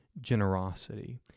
generosity